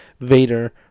Vader